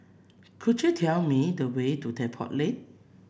could you tell me the way to Depot Lane